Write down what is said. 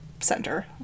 center